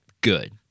good